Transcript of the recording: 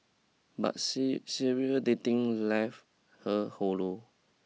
but serial serial dating left her hollow